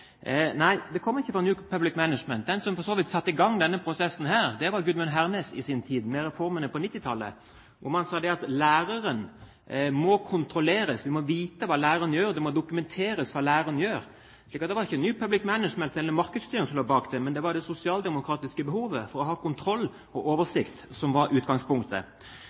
for så vidt satte i gang denne prosessen, var i sin tid Gudmund Hernes med reformene på 1990-tallet, hvor man sa at læreren må kontrolleres. En må vite hva læreren gjør, det må dokumenters hva læreren gjør. Det var altså ikke New public management eller markedsstyring som lå bak dette, det var det sosialdemokratiske behovet for å ha kontroll og oversikt som var utgangspunktet.